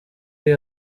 iyi